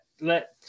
let